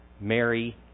Mary